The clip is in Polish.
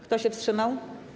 Kto się wstrzymał?